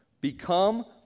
Become